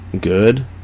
good